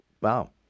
Wow